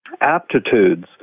aptitudes